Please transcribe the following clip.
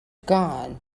gone